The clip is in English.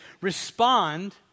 respond